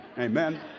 Amen